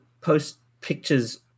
post-picture's